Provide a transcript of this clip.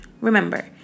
remember